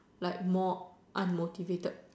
like more unmotivated